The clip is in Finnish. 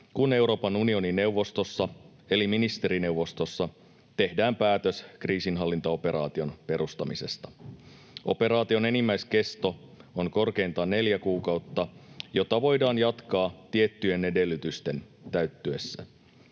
kun Euroopan unionin neuvostossa eli ministerineuvostossa tehdään päätös kriisinhallintaoperaation perustamisesta. Operaation enimmäiskesto on korkeintaan neljä kuukautta, jota voidaan jatkaa tiettyjen edellytysten täyttyessä.